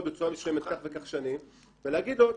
בצורה מסוימת כך וכך שנים ולהגיד לו,